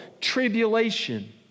tribulation